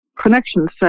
Connections